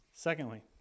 Secondly